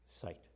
sight